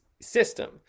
system